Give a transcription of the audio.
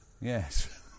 Yes